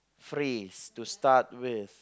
phrase to start with